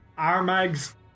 Armag's